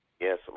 Yes